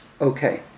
Okay